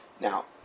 now